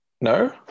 no